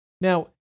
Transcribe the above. Now